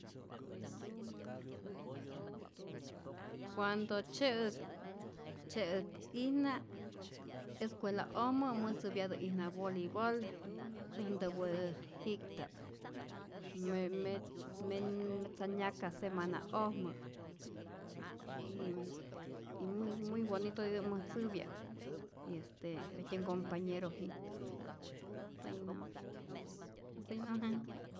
Cuando tzye'ä tzye'äk'ijna escuela'ojmä mäjtzäpyatä'ijna bolibol äj ntäwääji'kta'p me me me metza nyaka semana'ojmä y muy bonitotitä mäjtzäpya äjtyä ncompañero'ji'nhta'p. hasta ahi nomas, hasta ahi nomas.